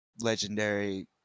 legendary